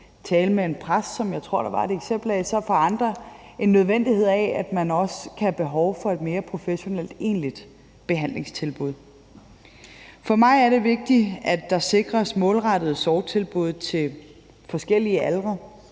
tale med en præst, som jeg tror der var et eksempel på, kan der for andre være en nødvendighed af og et behov for et mere professionelt, egentligt behandlingstilbud. For mig er det vigtigt, at der sikres målrettede sorgtilbud til forskellige aldre